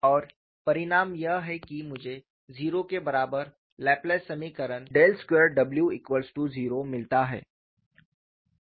और परिणाम यह है कि मुझे 0 के बराबर लाप्लास समीकरण ∇2w0 मिलता है